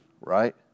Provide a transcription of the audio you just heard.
right